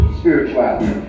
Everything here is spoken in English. spirituality